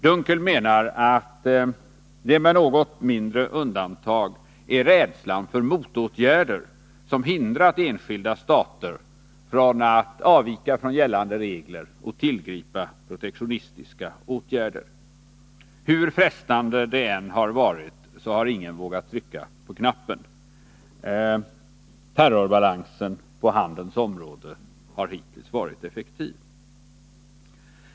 Dunkel menar att det med något mindre undantag är rädslan för motåtgärder som hindrat enskilda stater från att avvika från gällande regler och tillgripa protektionistiska åtgärder. Hur frestande det än har varit så har ingen vågat trycka på knappen. Terrorbalansen på handelns område har hittills varit effektiv.